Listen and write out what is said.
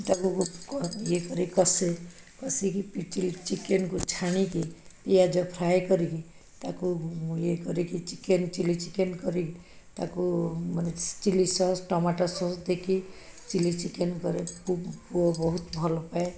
ତାକୁ ଇଏ କରି କଷେ କଷିକି ଚିକେନ୍କୁ ଛାଣିକି ପିଆଜ ଫ୍ରାଏ କରିକି ତାକୁ ଇଏ କରିକି ଚିକେନ୍ ଚିଲି ଚିକେନ୍ କରି ତାକୁ ମାନେ ଚିଲି ସସ୍ ଟାମାଟୋ ସସ୍ ଦେଇକି ଚିଲି ଚିକେନ୍ ପୁଅ ବହୁତ ଭଲପାଏ